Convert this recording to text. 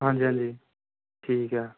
ਹਾਂਜੀ ਹਾਂਜੀ ਠੀਕ ਆ